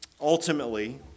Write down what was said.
ultimately